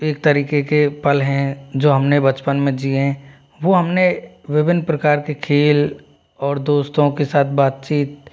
एक तरीके के पल हैं जो हमने बचपन में जिएं हैं वो हमने विभिन्न प्रकार के खेल और दोस्तों के साथ बातचीत